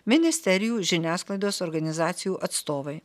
ministerijų žiniasklaidos organizacijų atstovai